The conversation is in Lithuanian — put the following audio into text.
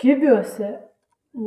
kiviuose